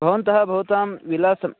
भवन्तः भवतां विलासम्